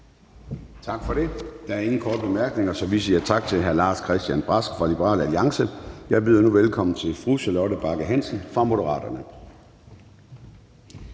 Tak for det. Der er ingen korte bemærkninger, så vi siger tak til hr. Lars-Christian Brask fra Liberal Alliance. Jeg byder nu velkommen til fru Charlotte Bagge Hansen fra Moderaterne.